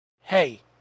Hey